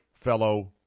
fellow